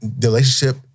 relationship